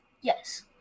Yes